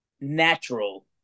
natural